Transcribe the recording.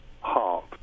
heart